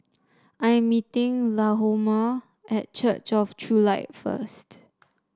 I am meeting Lahoma at Church of True Light first